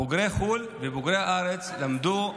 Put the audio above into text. בוגרי חו"ל ובוגרי הארץ למדו באקדמיה,